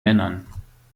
männern